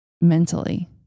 mentally